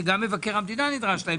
שגם מבקר המדינה נדרש להם.